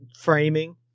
framing